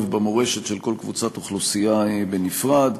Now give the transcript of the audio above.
ובמורשת של כל קבוצת אוכלוסייה בנפרד.